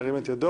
ירים את ידו.